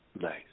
Nice